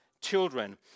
children